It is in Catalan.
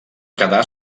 quedar